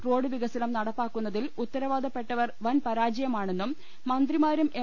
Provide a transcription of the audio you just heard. road വികസനം നടപ്പാക്കുന്നതിൽ ഉത്തരവാദപ്പെട്ടവർ വൻ പരാജയമാണെന്നും മന്ത്രിമാരും എം